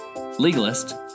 Legalist